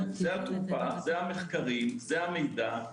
זה התרופה, זה המחקרים, זה המידע.